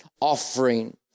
offering